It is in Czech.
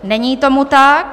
Není tomu tak.